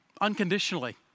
unconditionally